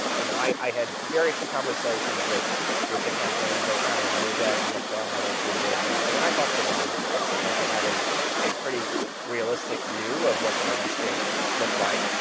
you know i i had very few conversations with with the campaigns. i try and avoid that, almost go out of my way to avoid that. but when i talked to the romney folks, they tended to have a a pretty realistic view of what the landscape looked like.